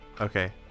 Okay